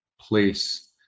place